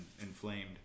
inflamed